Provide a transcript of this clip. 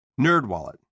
NerdWallet